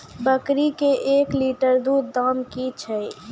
बकरी के एक लिटर दूध दाम कि छ?